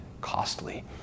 costly